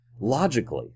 logically